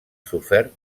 sofert